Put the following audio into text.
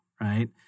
right